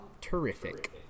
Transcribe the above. terrific